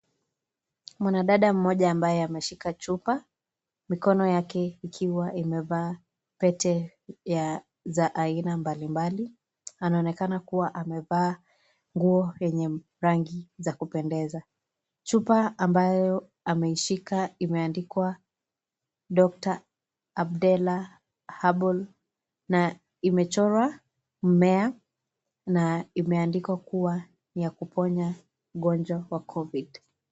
Mwanadada mmoja ambaye ameshika chupa, mikono yake ikiwa imevaa Pete za aina mbali mbali. Anaonekana kuwa amevaa nguo yenye rangi za kupendeza. Chupa ambayo ameishika imeandikwa " Doctor Abdella Herbal " na imechorwa mmea na imeandikwa kuwa ni ya kuponya ugonjwa wa(cs) COVID(cs).